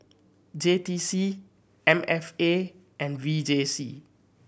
J T C M F A and V J C